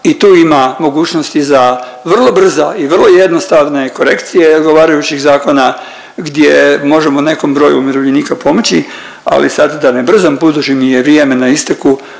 i tu ima mogućnosti za vrlo brza i vrlo jednostavne korekcije odgovarajućih zakona gdje možemo nekom broju umirovljenika pomoći ali sad da ne brzam budući mi je vrijeme na isteku